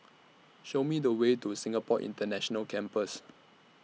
Show Me The Way to Singapore International Campus